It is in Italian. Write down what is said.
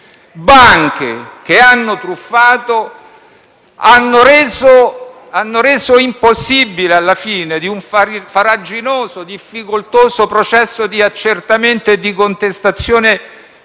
banche che hanno truffato, hanno reso impossibile, alla fine di un faraginoso e difficoltoso processo di accertamento e contestazione delle